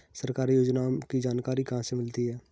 सरकारी योजनाओं की जानकारी कहाँ से मिलती है?